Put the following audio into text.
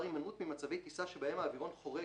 הימנעות ממצבי טיסה שבהם אווירון חורג,